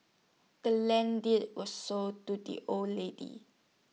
the land deed was sold to the old lady